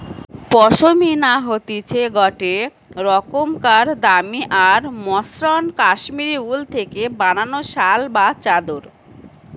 পশমিনা হতিছে গটে রোকমকার দামি আর মসৃন কাশ্মীরি উল থেকে বানানো শাল বা চাদর